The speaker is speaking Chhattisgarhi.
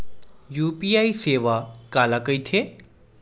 यू.पी.आई सेवा काला कइथे?